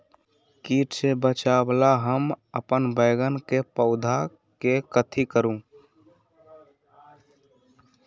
किट से बचावला हम अपन बैंगन के पौधा के कथी करू?